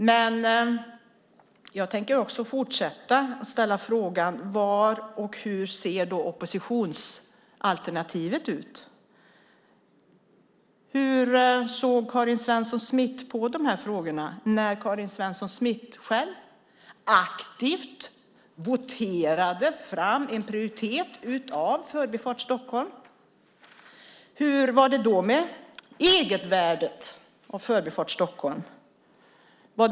Samtidigt tänker jag fortsätta ställa frågan hur oppositionsalternativet ser ut. Hur såg Karin Svensson Smith på dessa frågor när hon själv aktivt röstade för en prioritering av Förbifart Stockholm? Hur var det då med egenvärdet är Förbifart Stockholm?